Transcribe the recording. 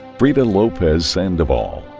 frida lopez sandoval.